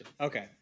Okay